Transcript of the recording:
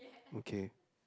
okay